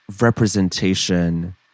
representation